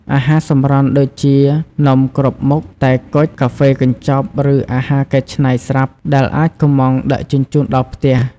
អាហារសម្រន់ដូចជា នំគ្រប់មុខ តែគុជ កាហ្វេកញ្ចប់ ឬអាហារកែច្នៃស្រាប់ ដែលអាចកម្ម៉ង់ដឹកជញ្ជូនដល់ផ្ទះ។